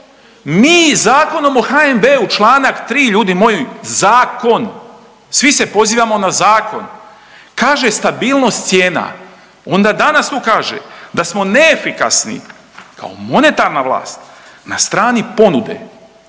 mi Zakonom o HNB-u, čl. 3, ljudi moji, zakon, svi se pozivamo na zakon, kaže stabilnost cijena, onda danas tu kaže, da smo neefikasni kao monetarna vlast na strani ponude,